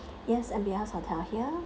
yes M_B_S hotel here